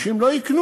אנשים לא יקנו.